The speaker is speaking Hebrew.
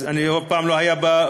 הוא אף פעם לא היה בקואליציה,